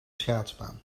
schaatsbaan